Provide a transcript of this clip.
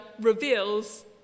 reveals